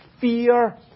fear